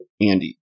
Andy